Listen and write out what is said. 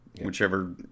whichever